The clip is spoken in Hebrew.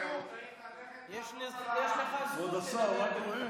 יש לך זכות לדבר למרגי.